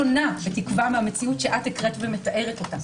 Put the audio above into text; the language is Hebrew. שונה בתקווה מהמציאות שאת מתארת והקראת אותה.